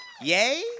Yay